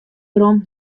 werom